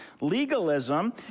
Legalism